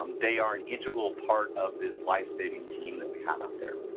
um they are an integral part of this lifesaving team that we have out there.